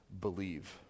believe